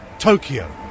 tokyo